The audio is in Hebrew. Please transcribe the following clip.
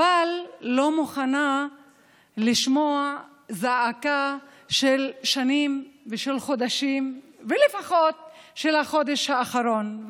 אבל לא מוכנה לשמוע זעקה של שנים ושל חודשים ולפחות של החודש האחרון.